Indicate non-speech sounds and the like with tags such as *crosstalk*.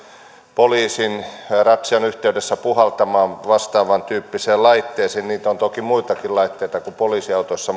poliisin ratsian yhteydessä puhaltamaan vastaavantyyppiseen laitteeseen niitä on toki muitakin laitteita kuin poliisiautoissa *unintelligible*